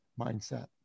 mindset